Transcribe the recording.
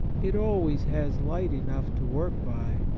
it always has light enough to work by,